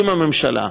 עם הממשלה,